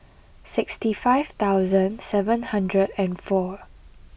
sixty five thousand seven hundred and four